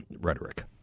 rhetoric